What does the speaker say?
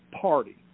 party